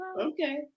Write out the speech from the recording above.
okay